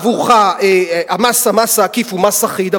עבורך המס העקיף הוא מס אחיד,